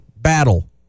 battle